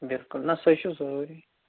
بِلکُل نہَ سۅے چھُ ضرٗوری